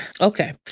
okay